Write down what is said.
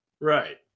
Right